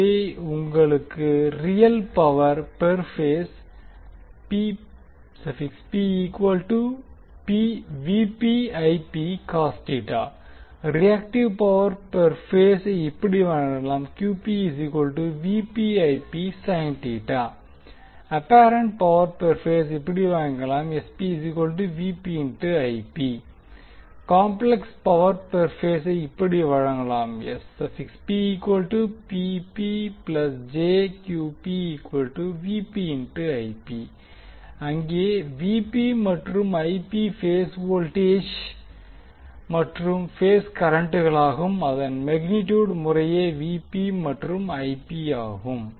எனவே உங்களுக்கு real power per phase reactive power per பேசை இப்படி வழங்கலாம் அப்பாரண்ட் பவர் பெர் பேசை இப்படி வழங்கலாம் காம்ப்ளெக்ஸ் பவர் பெர் பேசை இப்படி வழங்கலாம் அங்கே மற்றும் பேஸ் வோல்டேஜ் மற்றும் பேஸ் கரண்ட்களாகும் அதன் மேக்னீடியூட் முறையே and ஆகும்